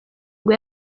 ngo